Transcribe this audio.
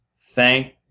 thank